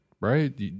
Right